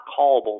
callable